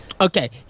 Okay